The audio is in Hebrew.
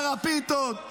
1,500 נרצחים צוחקים.